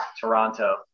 Toronto